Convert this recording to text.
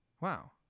Wow